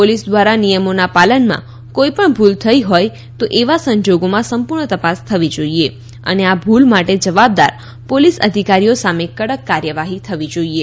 police દ્વારા નિયમોના પાલનમાં કોઇપણ ભુલ થઇ હોય તો એવા સંજોગોમાં સંપુર્ણ તપાસ થવી જોઇએ અને આ ભુલ માટે જવાબદાર પોલીસ અધિકારીઓ સામે કડક કાર્યવાહી થવી જોઇએ